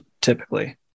typically